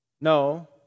No